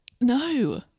No